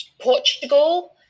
Portugal